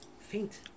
faint